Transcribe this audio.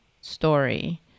story